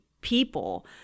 people